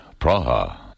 Praha